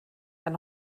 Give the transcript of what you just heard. ein